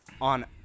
on